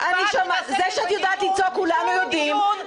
ואת --- שום דיון --- זה שאת יודעת לצעוק כולנו יודעים.